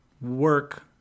work